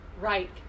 Right